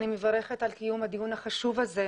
אני מברכת על קיום הדיון החשוב הזה.